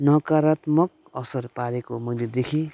नकरात्मक असर पारेको मैले देखेँ